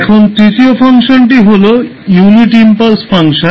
এখন তৃতীয় ফাংশনটি হল ইউনিট ইমপালস ফাংশন